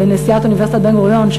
נשיאת אוניברסיטת בן-גוריון,